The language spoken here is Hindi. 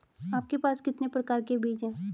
आपके पास कितने प्रकार के बीज हैं?